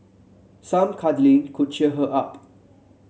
some cuddling could cheer her up